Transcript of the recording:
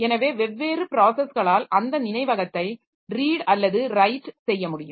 எனவே வெவ்வேறு ப்ராஸஸ்களால் அந்த நினைவகத்தை ரீட் அல்லது ரைட் செய்ய முடியும்